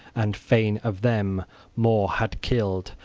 and fain of them more had killed,